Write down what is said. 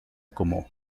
como